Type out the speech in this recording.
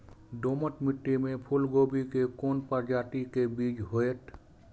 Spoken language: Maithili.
दोमट मिट्टी में फूल गोभी के कोन प्रजाति के बीज होयत?